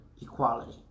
equality